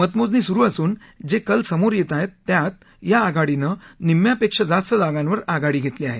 मतमोजणी सुरु असून जे कल समोर येत आहेत त्यात या आघाडीनं निम्यापेक्षा जास्त जागांवर आघाडी घेतली आहे